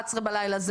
23:00 בלילה.